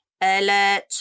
Alert